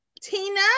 Tina